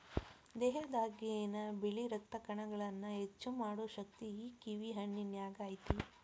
ದೇಹದಾಗಿನ ಬಿಳಿ ರಕ್ತ ಕಣಗಳನ್ನಾ ಹೆಚ್ಚು ಮಾಡು ಶಕ್ತಿ ಈ ಕಿವಿ ಹಣ್ಣಿನ್ಯಾಗ ಐತಿ